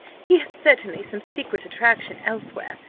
he has certainly some secret attraction elsewhere.